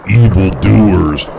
evildoers